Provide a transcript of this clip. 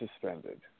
suspended